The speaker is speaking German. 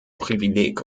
privileg